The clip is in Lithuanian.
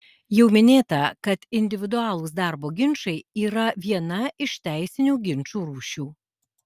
jau minėta kad individualūs darbo ginčai yra viena iš teisinių ginčų rūšių